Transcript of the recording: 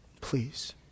please